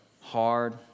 hard